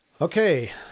Okay